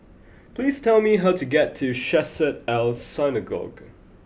please tell me how to get to Chesed El Synagogue